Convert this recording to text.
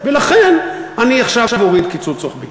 ולכן אני עכשיו אוריד קיצוץ רוחבי.